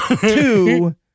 two